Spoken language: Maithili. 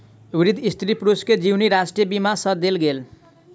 वृद्ध स्त्री पुरुष के जीवनी राष्ट्रीय बीमा सँ देल गेल